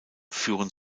führen